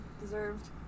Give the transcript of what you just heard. Deserved